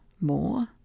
more